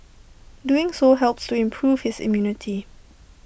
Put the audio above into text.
doing so helps to improve his immunity